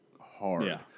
hard